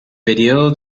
período